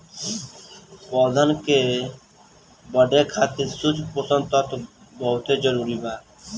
पौधन के बढ़े खातिर सूक्ष्म पोषक तत्व बहुत जरूरी बा